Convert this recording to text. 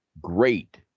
great